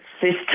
system